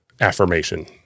affirmation